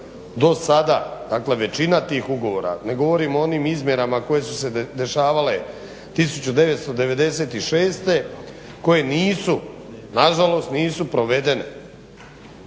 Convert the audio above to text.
Do sada dakle većina tih ugovora, ne govorim o onim izmjerama koje su se dešavale 1996. koje nisu, nažalost nisu provedene,